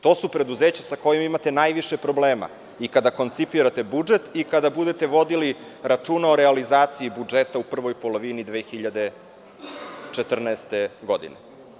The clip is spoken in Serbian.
To su preduzeća sa kojima imate najviše problema i kada koncipirate budžet i kada budete vodili račune o realizaciji budžeta u prvoj polovini 2014. godine.